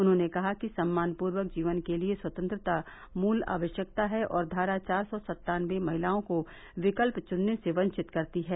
उन्होंने कहा कि सम्मानपूर्वक जीवन के लिए स्यतंत्रता मूल आवश्यकता है और धारा चार सौ सत्तानबे महिलाओं को विकल्प चुनने से वंचित करती है